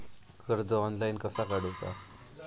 कर्ज ऑनलाइन कसा काडूचा?